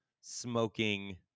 smoking